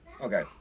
Okay